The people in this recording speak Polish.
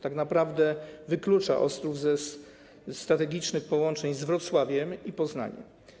Tak naprawdę wyklucza Ostrów ze strategicznych połączeń z Wrocławiem i Poznaniem.